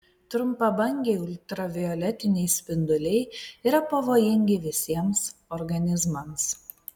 trumpabangiai ultravioletiniai spinduliai yra pavojingi visiems organizmams